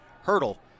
Hurdle